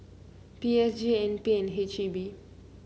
P S G N P and H E B